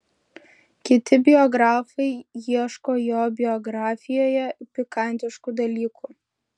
kiti biografai ieško jo biografijoje pikantiškų dalykų